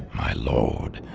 my lord,